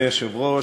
אדוני היושב-ראש,